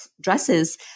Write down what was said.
dresses